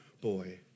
boy